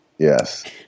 Yes